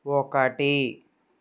ఒకటి